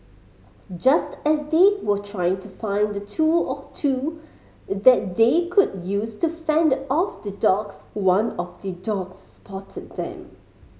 just as they were trying to find a tool or two that they could use to fend off the dogs one of the dogs spotted them